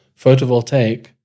photovoltaic